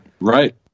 right